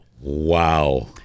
Wow